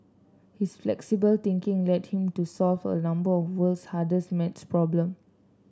his flexible thinking led him to solve a number of world's hardest maths problem